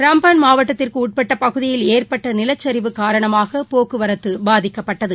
ரம்பன் மாவட்டத்திற்குஉட்பட்டபகுதியில் ஏற்பட்டநிலச்சிவு காரணமாகபோக்குவரத்தபாதிக்கப்பட்டது